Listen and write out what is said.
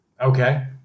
Okay